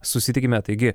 susitikime taigi